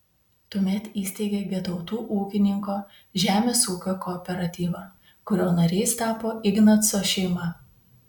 tuomet įsteigė getautų ūkininko žemės ūkio kooperatyvą kurio nariais tapo ignaco šeima